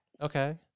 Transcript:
Okay